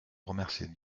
remercier